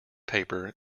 paper